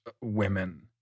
women